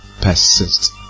Persist